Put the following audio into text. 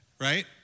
right